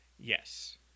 Yes